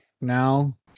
now